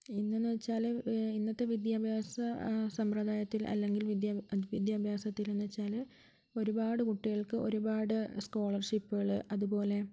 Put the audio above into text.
പിന്നെന്ന് വെച്ചാൽ ഇന്നത്തെ വിദ്യാഭ്യാസ സമ്പ്രദായത്തിൽ അല്ലെങ്കിൽ വിദ്യ വിദ്യാഭ്യാസത്തിൽ എന്ന് വെച്ചാൽ ഒരുപാട് കുട്ടികൾക്ക് ഒരുപാട് സ്കോളർഷിപ്പുകൾ അത്പോലെ